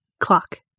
clock